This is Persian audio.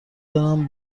دارم